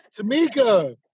Tamika